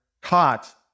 caught